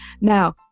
Now